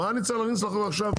מה אני צריך להכניס לחוק עכשיו?